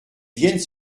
viennent